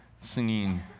singing